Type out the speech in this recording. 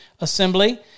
assembly